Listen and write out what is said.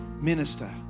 Minister